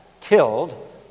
killed